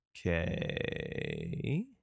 Okay